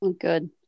good